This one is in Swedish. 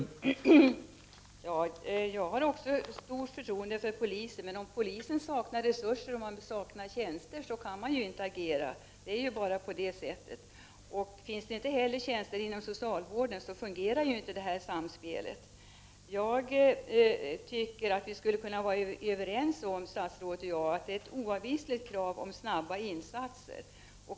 Herr talman! Jag har också stort förtroende för polisen, men om polisen saknar resurser, tjänster, kan man ju inte agera. Finns det inte heller tjänster inom socialvården fungerar inte samspelet. Jag tycker att statsrådet och jag skulle kunna vara överens om ett oavvisligt krav på snabba insatser.